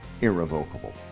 Irrevocable